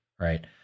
Right